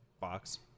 box